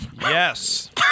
Yes